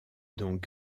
dont